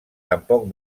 tampoc